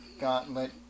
gauntlet